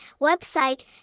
website